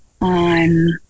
on